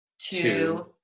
two